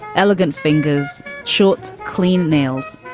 elegant fingers, short, clean nails,